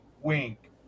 wink